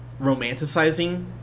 romanticizing